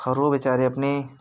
और वो बेचारे अपने